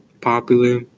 popular